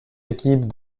équipes